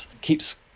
keeps